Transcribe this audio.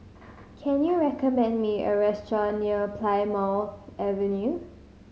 can you recommend me a restaurant near Plymouth Avenue